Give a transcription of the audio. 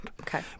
okay